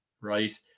right